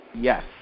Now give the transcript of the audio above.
yes